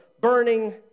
burning